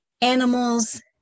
Animals